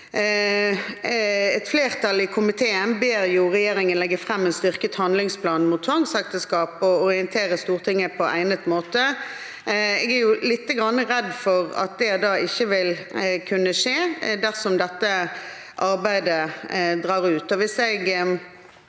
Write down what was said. Et flertall i komiteen ber regjeringen legge fram en styrket handlingsplan mot tvangsekteskap og orientere Stortinget på egnet måte. Jeg er lite grann redd for at det ikke vil kunne skje dersom dette arbeidet drar ut.